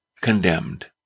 condemned